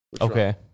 Okay